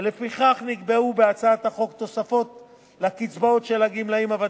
ולפיכך נקבעו בהצעת החוק תוספות לקצבאות של הגמלאים הוותיקים,